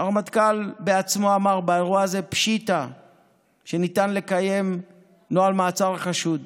והרמטכ"ל עצמו אמר באירוע הזה פשיטא שניתן לקיים נוהל מעצר חשוד